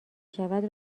شود